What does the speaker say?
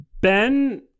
Ben